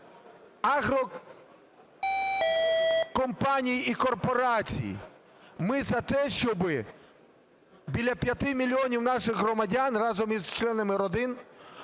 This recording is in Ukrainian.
агрокомпаній і корпорацій. Ми за те, щоби біля 5 мільйонів наших громадян разом із членами родин